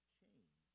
change